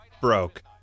broke